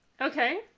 Okay